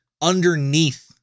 underneath